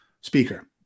speaker